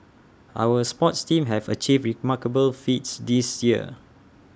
our sports teams have achieved remarkable feats this year